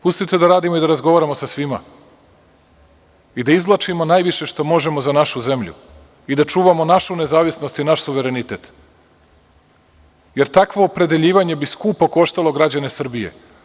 Pustite da radimo i da razgovaramo sa svima i da izvlačimo najviše što možemo za našu zemlju i da čuvamo našu nezavisnost i naš suverenitet, jer takvo opredeljivanje bi skupo koštalo građane Srbije.